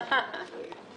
תודה רבה, הישיבה נעולה.